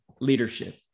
leadership